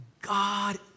God